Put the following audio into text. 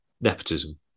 Nepotism